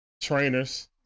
trainers